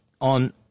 on